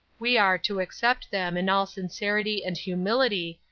we are to accept them in all sincerity and humility,